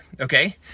okay